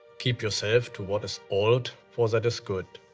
keep yourself to what is old, for that is good.